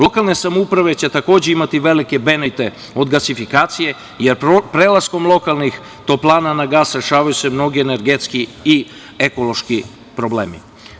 Lokalne samouprave će takođe imati velike benefite od gasifikacije, jer prelaskom lokalnih toplana na gas rešavaju se mnogi energetski i ekološki problemi.